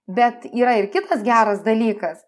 bet yra ir kitas geras dalykas